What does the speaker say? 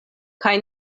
kaj